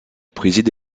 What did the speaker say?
préside